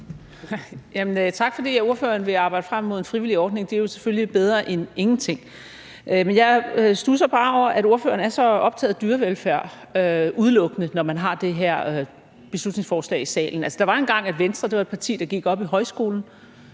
Tak, fordi ordføreren vil arbejde frem mod en frivillig ordning. Det er jo selvfølgelig bedre end ingenting. Men jeg studser bare over, at ordføreren udelukkende er så optaget af dyrevelfærd, når man har det her beslutningsforslag i salen. Der var engang, hvor Venstre var et parti, der